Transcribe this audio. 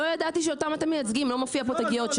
לא ידעתי שאותם אתם מייצגים, לא מופיע פה תגיות.